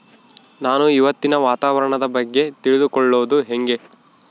ನಾನು ಇವತ್ತಿನ ವಾತಾವರಣದ ಬಗ್ಗೆ ತಿಳಿದುಕೊಳ್ಳೋದು ಹೆಂಗೆ?